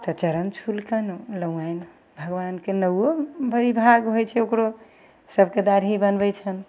तऽ चरण छुलकनि नौआइन भगवानके नौओ बड़ी भाग होइ छै ओकरो सबके दाढ़ी बनबय छन्हि